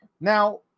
Now